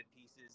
pieces